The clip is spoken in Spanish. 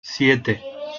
siete